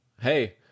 hey